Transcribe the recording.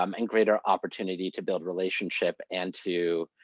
um and greater opportunity to build relationship and to